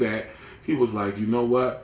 that he was like you know what